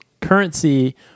currency